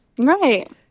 Right